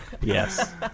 Yes